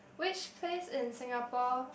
which place in Singapore